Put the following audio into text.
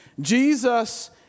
Jesus